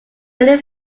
many